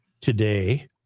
today